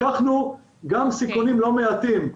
לקחנו גם סיכונים לא מעטים,